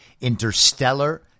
Interstellar